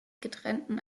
getrennten